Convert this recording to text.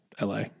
LA